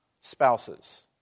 spouses